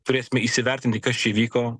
turėsime įsivertinti kas čia įvyko